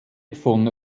von